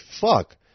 fuck